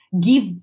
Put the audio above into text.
give